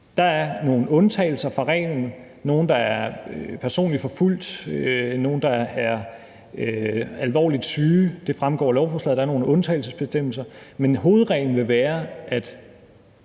der er undtaget fra reglen – folk, der er personligt forfulgte, folk, der er alvorligt syge. Det fremgår af lovforslaget, at der er nogle undtagelsesbestemmelser, men hovedreglen vil være, at